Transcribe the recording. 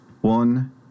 one